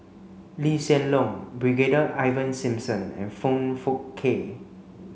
Lee Hsien Loong Brigadier Ivan Simson and Foong Fook Kay